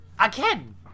again